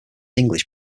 english